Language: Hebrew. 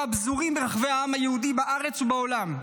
הפזורים ברחבי העם היהודי בארץ ובעולם.